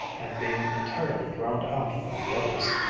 and being entirely drowned out by the others.